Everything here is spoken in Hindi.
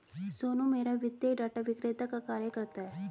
सोनू मेहरा वित्तीय डाटा विक्रेता का कार्य करता है